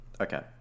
Okay